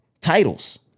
titles